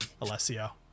Alessio